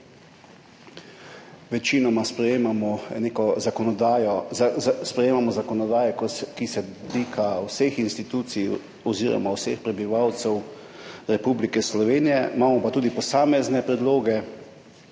večinoma sprejemamo zakonodajo, ki se dotika vseh institucij oziroma vseh prebivalcev Republike Slovenije. Imamo pa tudi posamezne predloge,